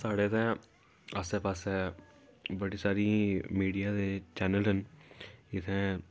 साढ़ै इत्थै आसै पासै बड़ी सारी मीडिया दे चैनल न इत्थैं